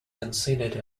considered